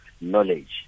knowledge